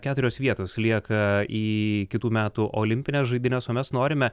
keturios vietos lieka į kitų metų olimpines žaidynes o mes norime